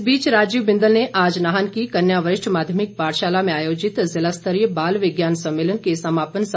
इस बीच राजीव बिंदल ने आज नाहन की कन्या वरिष्ठ माध्यमिक पाठशाला में आयोजित जिला स्तरीय बाल विज्ञान सम्मेलन के समापन समारोह की अध्यक्षता की